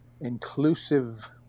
inclusive